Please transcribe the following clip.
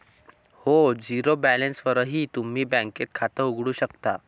हो, झिरो बॅलन्सवरही तुम्ही बँकेत खातं उघडू शकता